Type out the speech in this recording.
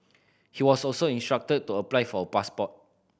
he was also instructed to apply for a passport